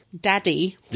Daddy